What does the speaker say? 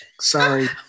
Sorry